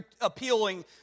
appealing